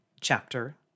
chapter